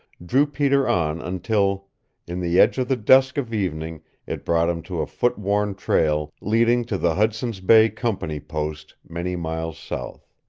drew peter on until in the edge of the dusk of evening it brought him to a foot-worn trail leading to the hudson's bay company post many miles south.